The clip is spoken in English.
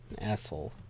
asshole